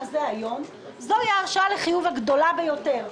צריך לקחת בחשבון שאלה שעוסקים בתחום הזה היום הם נהגים מהפריפריה,